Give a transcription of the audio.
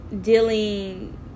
dealing